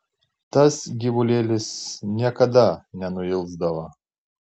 tas gyvulėlis niekada nenuilsdavo